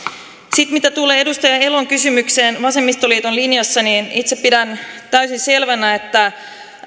sitten mitä tulee edustaja elon kysymykseen vasemmistoliiton linjasta niin itse pidän täysin selvänä että